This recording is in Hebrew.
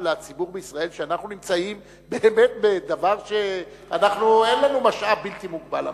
שאנחנו נמצאים באמת בדבר שאין לנו משאב בלתי מוגבל.